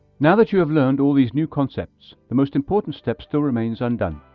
now that you have learned all these new concepts, the most important step still remains undone.